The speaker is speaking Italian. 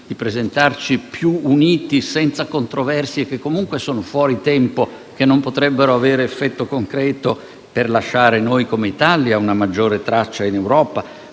di presentarci più uniti e senza controversie, che comunque sono fuori tempo e che non potrebbero avere effetto concreto, per lasciare, noi come Italia, una maggiore traccia in Europa?